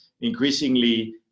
increasingly